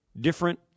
different